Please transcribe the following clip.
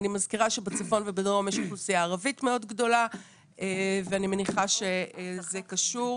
אני מזכירה שבצפון ובדרום יש אוכלוסייה מאוד גדולה ואני מניחה שזה קשור.